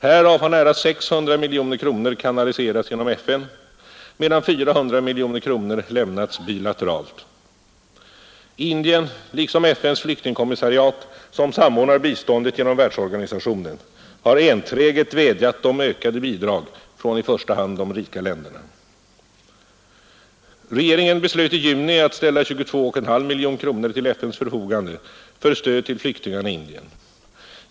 Härav har nära 600 miljoner kronor kanaliserats genom FN medan 400 miljoner kronor lämnats bilateralt. Indien, liksom FN:s flyktingkommissariat, som samordnar biståndet genom världsorganisationen, har enträget vädjat om ökade bidrag från i första hand de rika länderna. Regeringen beslöt i juni att ställa 22,5 miljoner kronor till FN:s förfogande för stöd till flyktingarna i Indien.